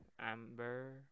Amber